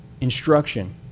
instruction